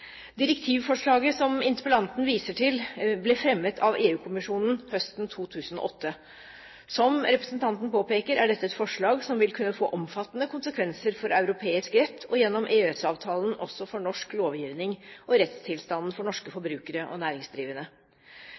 Direktivforslaget som interpellanten viser til, ble fremmet av EU-kommisjonen høsten 2008. Som representanten påpeker, er dette et forslag som vil kunne få omfattende konsekvenser for europeisk rett, og gjennom EØS-avtalen også for norsk lovgivning og rettstilstanden for norske forbrukere og næringsdrivende.